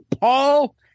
Paul